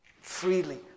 freely